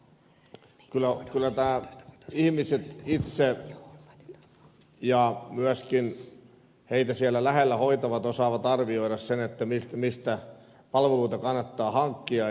uskon niin että kyllä ihmiset itse ja myöskin heitä siellä lähellä hoitavat osaavat arvioida mistä palveluita kannattaa hankkia